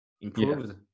improved